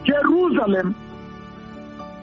Jerusalem